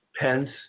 Pence